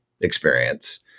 experience